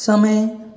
समय